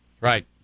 Right